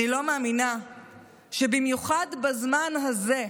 אני לא מאמינה שבמיוחד בזמן הזה,